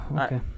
okay